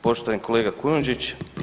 Poštovani kolega Kujundžić.